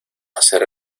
hacer